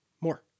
more